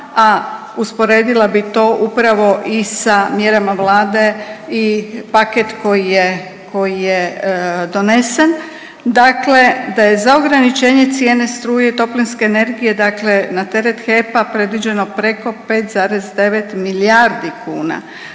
a usporedila bi to upravo i sa mjerama vlade i paket koji je, koji je donesen, dakle da je za ograničenje cijene struje i toplinske energije dakle na teret HEP-a predviđeno preko 5,9 milijardi kuna,